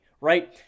right